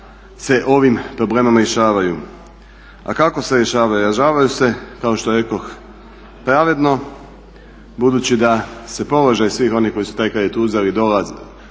se ovim problemom rješavaju. A kako se rješavaju? Rješavaju se kao što rekoh pravedno budući da se … svih onih koji su taj kredit uzeli stavlja